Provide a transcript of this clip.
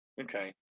Okay